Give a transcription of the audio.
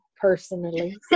personally